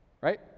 right